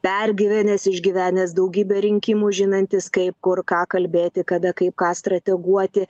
pergyvenęs išgyvenęs daugybę rinkimų žinantis kaip kur ką kalbėti kada kaip ką strateguoti